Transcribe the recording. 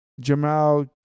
Jamal